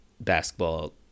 basketball